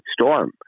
storm